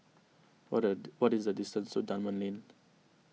what at what is the distance to Dunman Lane